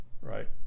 right